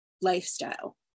lifestyle